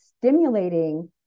stimulating